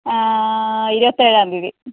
ഇരുപത്തേഴാം തിയ്യതി